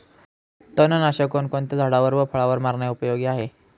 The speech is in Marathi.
तणनाशक कोणकोणत्या झाडावर व फळावर मारणे उपयोगी आहे?